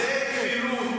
זה מה שאני אומר.